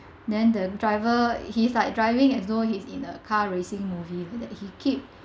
then the driver he's like driving as though he's in a car racing movie that he keep